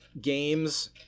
games